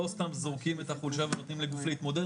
לא סתם זורקים את החולשה ונותנים לגוף להתמודד,